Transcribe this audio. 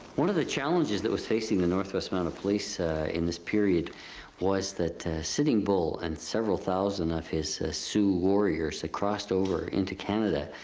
one of the challenges that was facing the north west mounted police in this period was that sitting bull and several thousand of his sioux warriors had crossed over into canada,